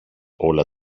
όλα